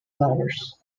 flowers